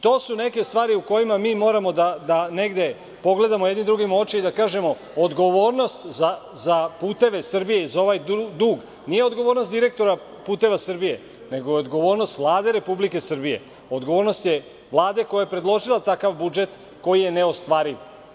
To su neke stvari o kojima mi moramo da negde pogledamo jedni drugima u oči i da kažemo – odgovornost za "Puteve Srbije" i za ovaj dug, nije odgovornost direktora "Puteva Srbije", nego je odgovornost Vlade Republike Srbije, odgovornost je Vlade koja je predložila takav budžet koji je neostvariv.